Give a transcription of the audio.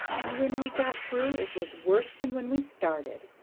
and when we got through it was worse than when we started.